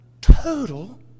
total